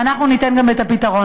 ואנחנו ניתן גם את הפתרון.